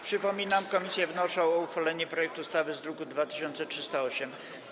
Przypominam, komisje wnoszą o uchwalenie projektu ustawy z druku nr 2308.